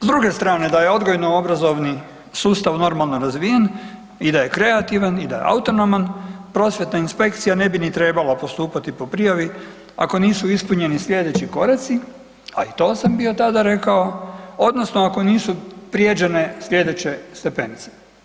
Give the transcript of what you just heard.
S druge strane, da je odgojno-obrazovni sustav normalno razvijen i da je kreativan i da je autonoman, prosvjetna inspekcija ne bi ni trebala postupati po prijavi ako nisu ispunjeni sljedeći koraci, a to sam bio tada rekao, odnosno ako nisu prijeđene sljedeće stepenice.